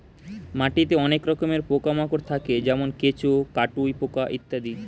মাটিতে অনেক রকমের পোকা মাকড় থাকে যেমন কেঁচো, কাটুই পোকা ইত্যাদি